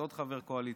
עוד חבר קואליציה.